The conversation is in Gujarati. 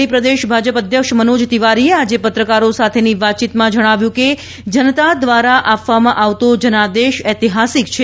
દિલ્હી પ્રદેશ ભાજપ અધ્યક્ષ મનોજ તિવારીએ આજે પત્રકારો સાથેની વાતચીતમાં જણાવ્યું કે જનતા દ્વારા આપવામાં આવતો જનાદેશ ઐતિહાસિક છે